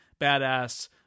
badass